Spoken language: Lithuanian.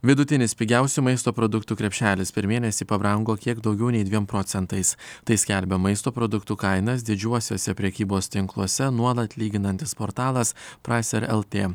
vidutinis pigiausių maisto produktų krepšelis per mėnesį pabrango kiek daugiau nei dviem procentais tai skelbia maisto produktų kainas didžiuosiuose prekybos tinkluose nuolat lyginantis portalas praiser lt